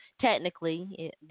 technically